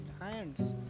hands